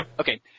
Okay